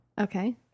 Okay